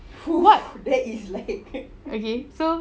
what okay so